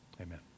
Amen